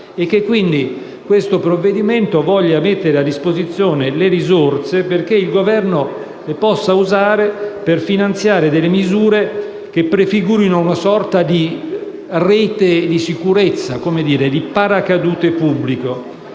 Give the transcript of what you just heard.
Quindi questo provvedimento vuole mettere a disposizione le risorse perché il Governo le possa usare per finanziare delle misure che prefigurino una sorta di rete di sicurezza, di paracadute pubblico.